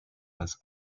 als